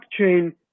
blockchain